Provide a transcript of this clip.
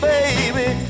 Baby